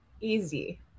Easy